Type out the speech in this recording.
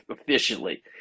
efficiently